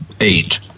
Eight